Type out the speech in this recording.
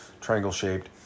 triangle-shaped